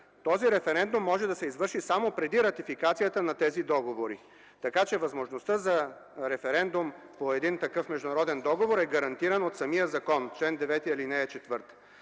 Този референдум може да се извърши само преди ратификацията на тези договори. Така че възможността за референдум по един такъв международен договор е гарантирана от самия закон – чл. 9, ал. 4.